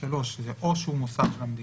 או שהוא מוסד של המדינה.